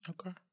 Okay